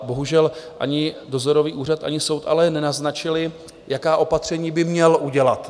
Bohužel ani dozorový úřad, ani soud ale nenaznačily, jaká opatření by měl udělat.